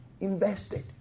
Invested